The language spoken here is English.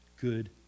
good